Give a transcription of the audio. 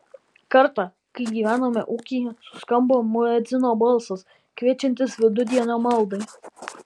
kartą kai gyvenome ūkyje suskambo muedzino balsas kviečiantis vidudienio maldai